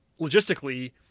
logistically